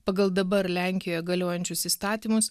pagal dabar lenkijoje galiojančius įstatymus